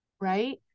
Right